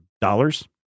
dollars